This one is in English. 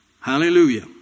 Hallelujah